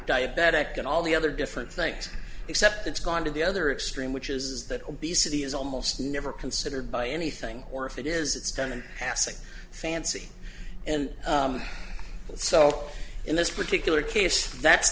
diabetic and all the other different things except it's gone to the other extreme which is that obesity is almost never considered by anything or if it is it's done in passing fancy and so in this particular case that's